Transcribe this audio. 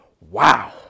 Wow